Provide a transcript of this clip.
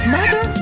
Mother